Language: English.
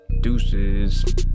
Deuces